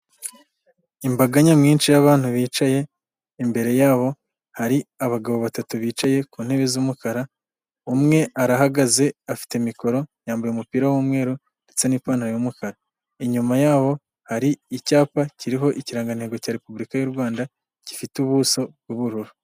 Imbaga nyamwinshi y'abantu bicaye, imbere yabo hari abagabo batatu bicaye ku ntebe z'umukara, umwe arahagaze afite mikoro yambaye umupira w'umweru ndetse n'ipantaro y'umukara, inyuma y'aho hari icyapa kiriho ikirangantego cya Repubulika y'u Rwanda gifite ubuso bw'ubururu.